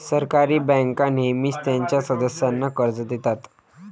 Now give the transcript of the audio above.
सहकारी बँका नेहमीच त्यांच्या सदस्यांना कर्ज देतात